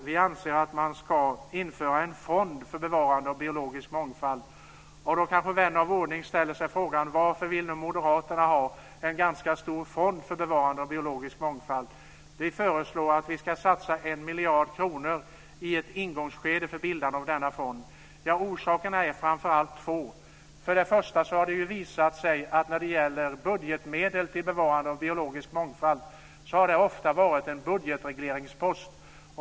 Vi anser att man ska införa en fond för bevarande av biologisk mångfald. Då kanske vän av ordning ställer sig frågan: Varför vill moderaterna ha en ganska stor fond för bevarande av biologisk mångfald? Vi föreslår att vi ska satsa 1 miljard kronor i ett ingångsskede för bildande av denna fond. Orsakerna är framför allt två. Först och främst har det visat sig att budgetmedel till bevarande av biologisk mångfald ofta har varit en budgetregleringspost.